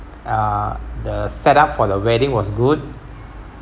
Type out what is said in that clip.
uh the set up for the wedding was good